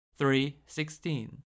3.16